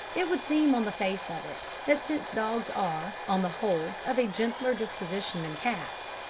it would seem, on the face of it, that since dogs are, on the whole, of a gentler disposition than cats,